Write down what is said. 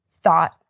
thought